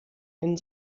einen